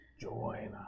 Join